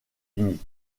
unis